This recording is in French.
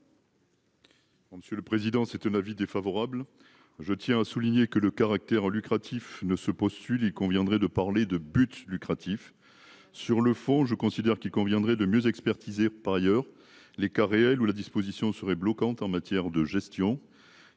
Monsieur le Président c'est un avis défavorable. Je tiens à souligner que le caractère lucratif ne se postule il conviendrait de parler de but lucratif sur le fond, je considère qu'il conviendrait de mieux expertisée par ailleurs les cas réel ou la disposition serait bloquant en matière de gestion.